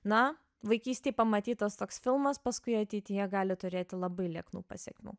na vaikystėj pamatytas toks filmas paskui ateityje gali turėti labai liūdnų pasekmių